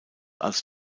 als